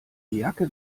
jacke